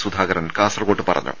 സുധാകരൻ കാസർകോട്ട് പറഞ്ഞു